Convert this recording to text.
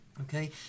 Okay